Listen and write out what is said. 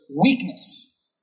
weakness